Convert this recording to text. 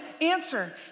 answer